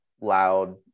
loud